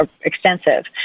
extensive